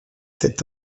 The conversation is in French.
cet